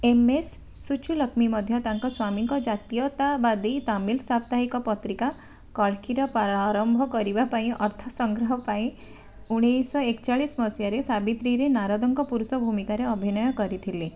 MS Subbulakshmi ମଧ୍ୟ ତାଙ୍କ ସ୍ୱାମୀଙ୍କ ଜାତୀୟତାବାଦୀ ତାମିଲ୍ ସାପ୍ତାହିକ ପତ୍ରିକା କଳ୍କୀର ପ୍ରାରମ୍ଭ କରିବା ପାଇଁ ଅର୍ଥ ସଂଗ୍ରହ ପାଇଁ ଉଣେଇଶ ଏକଚାଳିଶ ମସିହାରେ ସାବିତ୍ରୀରେ ନାରଦଙ୍କ ପୁରୁଷ ଭୂମିକାରେ ଅଭିନୟ କରିଥିଲେ